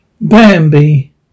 Bambi